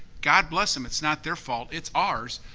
god bless them, it's not their fault, it's ours,